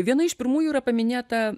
viena iš pirmųjų yra paminėta